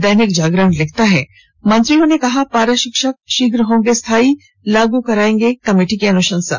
दैनिक जागरण लिखता है मंत्रियों ने कहा पारा शिक्षक शीघ्र होंगे स्थायी लागू करायेंगे कमेटी की अनुशंसा